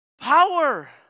power